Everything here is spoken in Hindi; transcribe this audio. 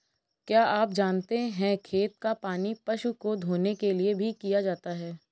क्या आप जानते है खेत का पानी पशु को धोने के लिए भी किया जाता है?